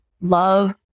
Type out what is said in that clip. love